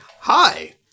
hi